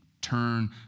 turn